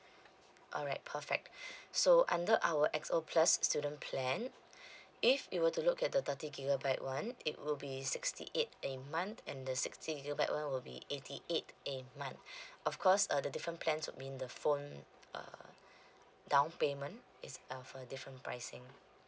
alright perfect so under our X_O plus student plan if you were to look at the thirty gigabyte [one] it will be sixty eight a month and the sixty gigabyte [one] will be eighty eight a month of course uh the different plans will mean the phone uh down payment is uh for a different pricing